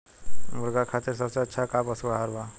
मुर्गा खातिर सबसे अच्छा का पशु आहार बा?